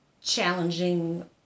challenging